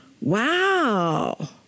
wow